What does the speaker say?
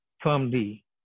firmly